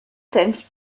senf